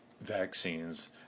vaccines